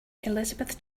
elizabeth